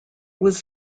was